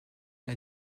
l’a